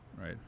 Right